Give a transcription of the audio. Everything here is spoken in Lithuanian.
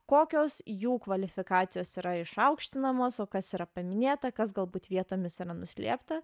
kokios jų kvalifikacijos yra išaukštinamos o kas yra paminėta kas galbūt vietomis yra nuslėpta